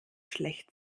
schlecht